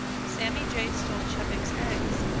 sammy jay stole chebec's eggs,